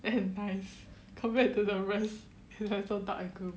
and nice compared to the rest so dark and gloomy